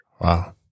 Wow